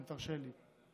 אם תרשה לי: